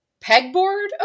pegboard